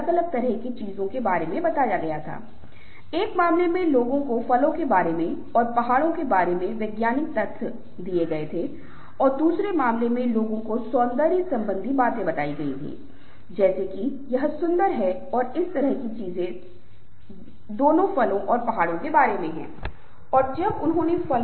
इसलिए इन सभी चीजों को प्राप्त करने के लिए यह आवश्यक है कि प्रत्येक स्थिति प्रत्येक असाइनमेंट प्रत्येक संदर्भ अद्वितीय हो और संदर्भ के आधार पर समय के आधार पर स्थिति के आधार पर यह बहुत संभव है कि व्यक्ति कुछ बदलाव के लिए जा सकता है अब तक जैसा कि इन चरणों का संबंध है